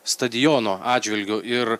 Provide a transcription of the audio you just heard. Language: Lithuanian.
stadiono atžvilgiu ir